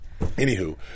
Anywho